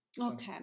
Okay